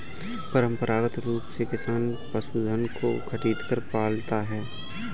परंपरागत रूप से किसान पशुधन को खरीदकर पालता है